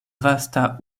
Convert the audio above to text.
vasta